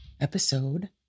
Episode